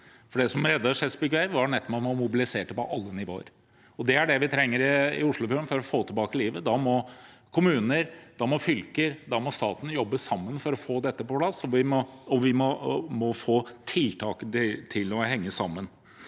Det som reddet Chesapeake Bay, var nettopp at man mobiliserte på alle nivåer. Det er det vi trenger i Oslofjorden for å få tilbake livet. Da må kommunene, fylkene og staten jobbe sammen for å få dette på plass, og vi må få tiltakene til å henge sammen.